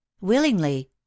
willingly